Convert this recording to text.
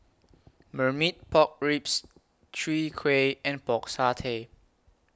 Marmite Pork Ribs Chwee Kueh and Pork Satay